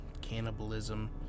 cannibalism